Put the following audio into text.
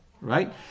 Right